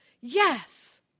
yes